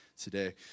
today